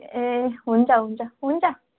ए हुन्छ हुन्छ हुन्छ